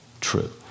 true